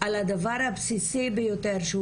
על הדבר הבסיסי ביותר,